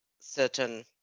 certain